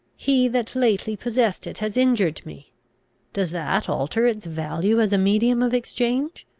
he that lately possessed it has injured me does that alter its value as a medium of exchange?